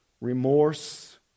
remorse